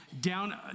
down